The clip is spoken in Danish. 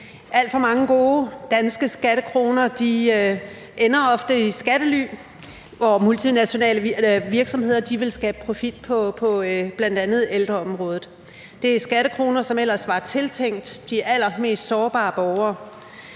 Alt for mange gode danske skattekroner ender ofte i skattely, hvor multinationale virksomheder vil skabe profit på bl.a. ældreområdet. Det er skattekroner, som ellers var tiltænkt de allermest sårbare borgere.